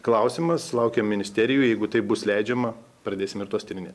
klausimas laukia ministerijoj jeigu tai bus leidžiama pradėsim ir tuos tyrinėt